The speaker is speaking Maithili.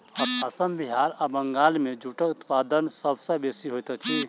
असम बिहार आ बंगाल मे जूटक उत्पादन सभ सॅ बेसी होइत अछि